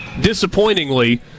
disappointingly